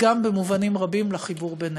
ובמובנים רבים גם לחיבור בינינו.